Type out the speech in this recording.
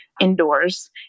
indoors